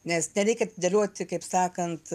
nes nereikia atidėlioti kaip sakant